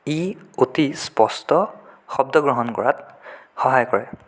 ই অতি স্পষ্ট শব্দ গ্ৰহণ কৰাত সহায় কৰে